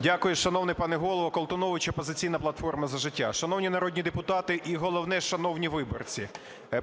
Дякую, шановний пане Голово. Колтунович, "Опозиційна платформа – За життя". Шановні народні депутати і, головне, шановні виборці!